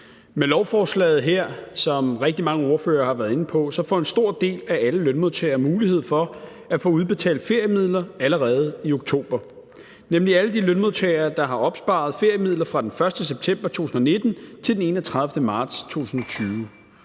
for bemærkningerne. Som rigtig mange ordførere har været inde på, får en stor del af alle lønmodtagere med det her lovforslag mulighed for at få udbetalt feriemidler allerede i oktober. Det er nemlig alle de lønmodtagere, der har opsparet feriemidler fra den 1. september 2019 til den 31. marts 2020.